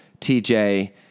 TJ